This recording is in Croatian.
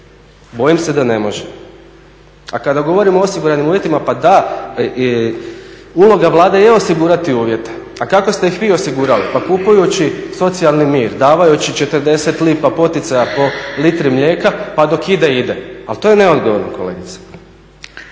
Bojim se da ne može. A kada govorimo o osiguranim uvjetima pa da uloga Vlade je osigurati uvjete. A kako ste ih vi osigurali? Pa kupujući socijalni mir, dajući 40 lipa poticaja po litri mlijeka pa dok ide, ide. Ali to je neodgovorno, kolegice.